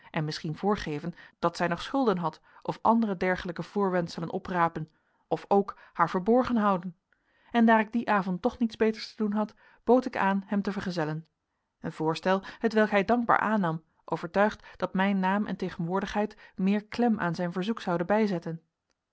en misschien voorgeven dat zij nog schulden had of andere dergelijke voorwendselen oprapen of ook haar verborgen houden en daar ik dien avond toch niets beters te doen had bood ik aan hem te vergezellen een voorstel t welk hij dankbaar aannam overtuigd dat mijn naam en tegenwoordigheid meer klem aan zijn verzoek zouden bijzetten